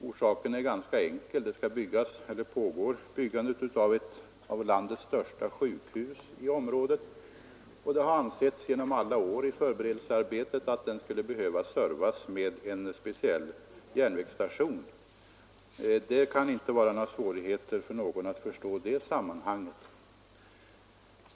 Och orsaken är helt enkelt den att man ju i området håller på att bygga ett av landets största sjukhus, och det har under alla årens förberedelsearbete för det sjukhuset ansetts att detta behöver servas med en speciell järnvägsstation. Det kan inte vara svårt för någon att förstå det sammanhanget.